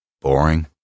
Boring